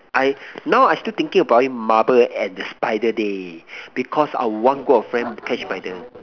I now I still thinking about it marble and spider day because I have one group of friend who catch spider